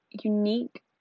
unique